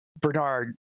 Bernard